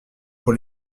pour